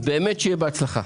שיהיה בהצלחה.